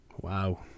Wow